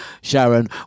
Sharon